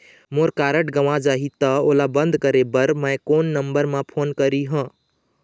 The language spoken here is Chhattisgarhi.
मोर कारड गंवा जाही त ओला बंद करें बर मैं कोन नंबर म फोन करिह?